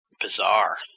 Bizarre